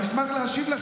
אני אשמח להשיב לך.